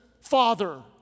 father